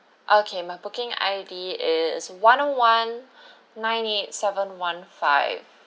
okay my booking I_D is one one nine eight seven one five